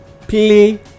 play